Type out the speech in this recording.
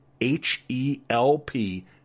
H-E-L-P